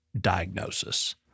diagnosis